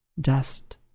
dust